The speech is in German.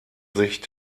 sich